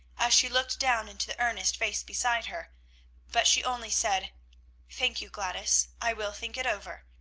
as she looked down into the earnest face beside her but she only said thank you, gladys i will think it over!